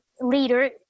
leader